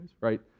right